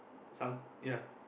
some ya